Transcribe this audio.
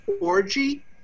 orgy